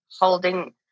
holding